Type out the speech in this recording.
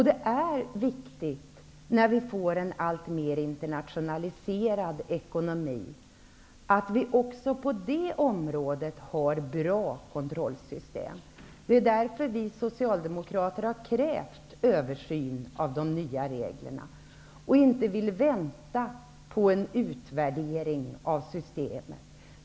Det är viktigt när vi får en alltmer internationaliserad ekonomi att vi också på det här området har bra kontrollsystem. Det är därför som vi socialdemokrater har krävt översyn av de nya reglerna och inte vill vänta på en utvärdering av systemet.